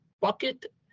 bucket